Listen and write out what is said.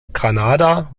granada